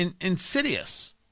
insidious